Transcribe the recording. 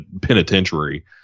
penitentiary